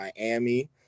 Miami